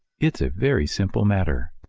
it's a very simple matter.